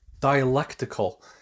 dialectical